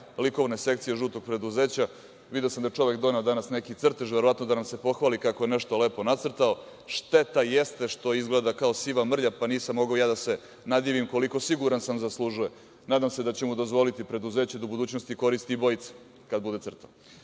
likovne sekcije žutog preduzeća, video sam da je čovek doneo danas neki crtež, verovatno da nam se pohvali kako je nešto lepo nacrtao. Šteta jeste što izgleda kao siva mrlja, pa nisam mogao da se nadivim koliko, siguran sam zaslužuje. Nadam se da ćemo dozvoliti preduzeću da u budućnosti koristi bojice, kada bude crtao. Što